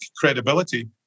credibility